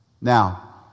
Now